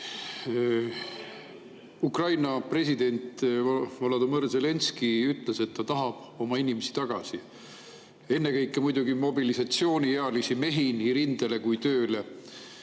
Ukraina president Volodõmõr Zelenskõi ütles, et ta tahab oma inimesi tagasi, ennekõike muidugi mobilisatsiooniealisi mehi nii rindele kui ka tööle.